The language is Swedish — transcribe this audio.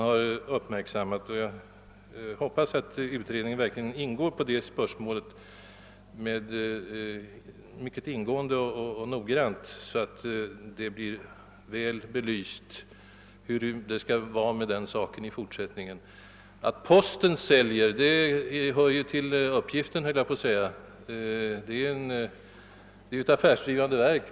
Jag hoppas att utredningen verkligen mycket ingående och noggrant behandlar detta spörsmål så att det blir väl belyst hur det skall vara med denna sak i fortsättningen. Att posten är intresserad av att sälja hör ju till dess uppgift, höll jag på att säga. Posten är ju ett affärsdrivande verk.